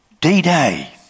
D-Day